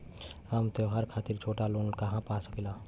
हम त्योहार खातिर छोटा लोन कहा पा सकिला?